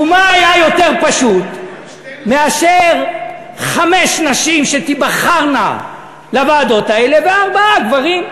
ומה היה יותר פשוט מאשר חמש נשים שתיבחרנה לוועדות האלה וארבעה גברים?